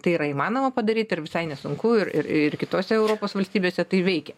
tai yra įmanoma padaryti ir visai nesunku ir ir ir kitose europos valstybėse tai veikia